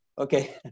Okay